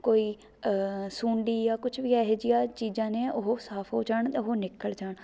ਕੋਈ ਸੁੰਡੀ ਜਾਂ ਕੁਛ ਵੀ ਇਹੋ ਜਿਹੀਆਂ ਚੀਜ਼ਾਂ ਨੇ ਉਹ ਸਾਫ਼ ਹੋ ਜਾਣ ਉਹ ਨਿੱਕਲ ਜਾਣ